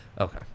okay